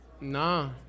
Nah